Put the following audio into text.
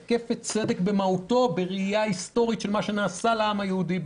היא משקפת צדק במהותו בראייה היסטורית של מה שנעשה לעם היהודי,